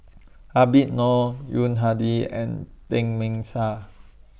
Habib Noh Yuni Hadi and Teng